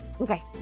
Okay